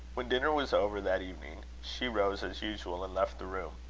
when dinner was over that evening, she rose as usual and left the room,